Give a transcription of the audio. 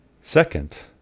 Second